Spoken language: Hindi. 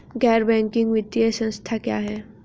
गैर बैंकिंग वित्तीय संस्था क्या है?